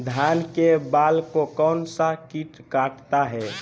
धान के बाल को कौन सा किट काटता है?